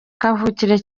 kavukire